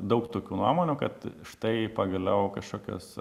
daug tokių nuomonių kad štai pagaliau kažkokios